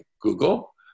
Google